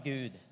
Gud